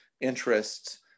interests